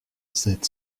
cette